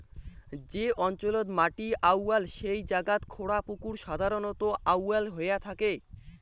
যে অঞ্চলত মাটি আউয়াল সেই জাগাত খোঁড়া পুকুর সাধারণত আউয়াল হয়া থাকে